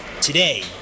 Today